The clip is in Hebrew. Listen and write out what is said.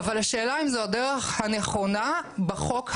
אבל השאלה אם זו הדרך הנכונה בחוק הקיים.